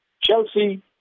Chelsea